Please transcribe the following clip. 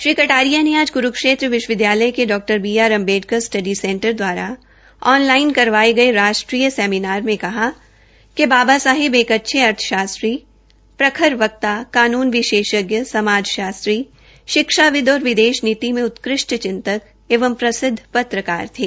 श्री कटारिया ने आज कुरूक्षेत्र विश्वविदयालय के डॉ B R Ambedkar study centre दवारा ऑनलाइन करवाये गये राष्ट्रीय सेमिनार में कहा कि कि बाबा साहेब एक अच्छे अर्थशास्त्री प्रखर वक्ता कानून विशेषज्ञ समाज शास्त्री शिक्षाविद्ध और विदेश नीति में उत्कृष्ट चिंतक एवं प्रसिद्ध पत्रकार थे